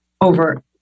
over